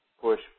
push